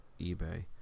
eBay